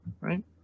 right